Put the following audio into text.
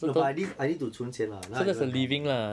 no but I need I need to 存钱啦 now I don't have enough money